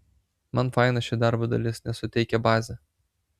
man faina ši darbo dalis nes suteikia bazę